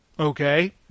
Okay